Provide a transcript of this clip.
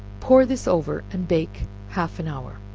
pour this over, and bake half an hour.